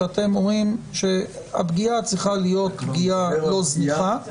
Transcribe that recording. שאתם אומרים שהפגיעה צריכה להיות לא זניחה,